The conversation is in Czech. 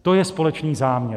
To je společný záměr.